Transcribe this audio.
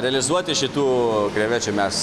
realizuoti šitų krevečių mes